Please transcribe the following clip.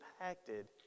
impacted